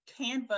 Canva